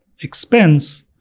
expense